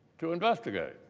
to investigate.